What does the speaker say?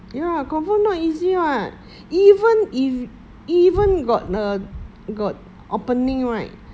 ya confirm not easy [what] even if even got the got opening right